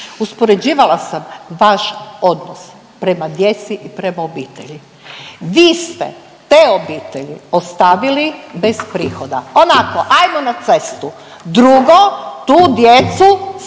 uspoređivala sam vaš odnos prema djeci i prema obitelji. Vi ste te obitelji ostavili bez prihoda, onako ajmo na cestu. Drugo, tu djecu ste